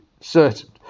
certain